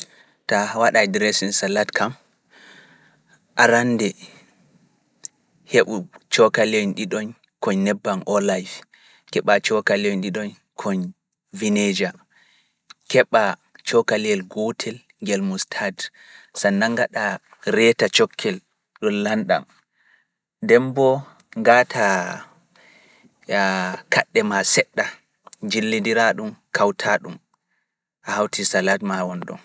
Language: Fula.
Ta waɗa e Dereeseen Salad kam, arannde heɓu cokaleeji ɗiɗoñ ko nebbam oolay. Keɓa cokaleeji ɗiɗoñ koñ Vineja, keɓa cokaleeji gootel ngeel Mustaad, Sa'a nanngaɗa reeta cokkel ɗum lanɗam, ndemboo gaata kaɗɗe maa seɗɗa, be njillindira ɗum kawta ɗum, a hawti salat maa won ɗon.